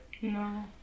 No